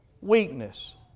weakness